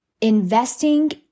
investing